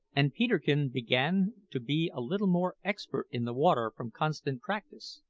and peterkin began to be a little more expert in the water from constant practice.